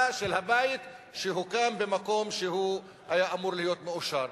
של הבית שהוקם במקום שהוא היה אמור להיות מאושר.